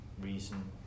reason